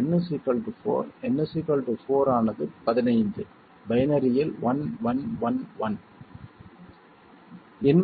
n 4 n 4 ஆனது 15 பைனரியில் 1111 இன்